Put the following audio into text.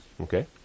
Okay